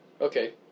Okay